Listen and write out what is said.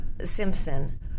Simpson